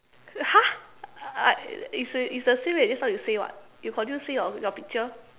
!huh! uh it's the it's the same eh just now you say what you continue say your picture